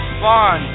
fun